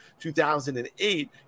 2008